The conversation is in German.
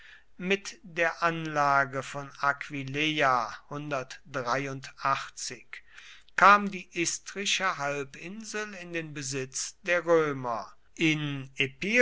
mit der anlage von aquileia kam die istrische halbinsel in den besitz der römer in